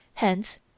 Hence